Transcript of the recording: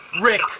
Rick